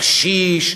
הוא קשיש?